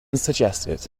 suggested